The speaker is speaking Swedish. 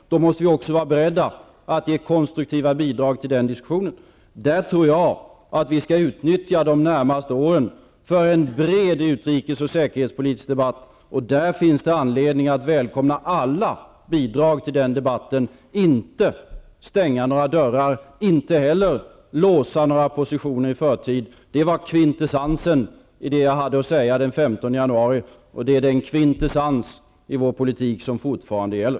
Då måste vi också vara beredda att ge konstruktiva bidrag till denna diskussion. I detta sammanhang tror jag att vi skall utnyttja de närmaste åren för en bred utrikes och säkerhetspolitisk debatt. Och där finns det anledning att välkomna alla bidrag till denna debatt och inte stänga några dörrar och inte heller låsa några positioner i förtid. Det var kvintessensen i det som jag hade att säga den 15 januari, och det är den kvintessans i vår politik som fortfarande gäller.